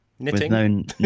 knitting